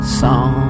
song